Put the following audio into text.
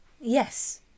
Yes